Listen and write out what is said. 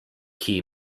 key